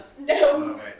No